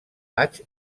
maig